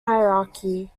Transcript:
hierarchy